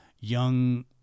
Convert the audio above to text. young